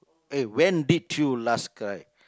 eh when did you last cry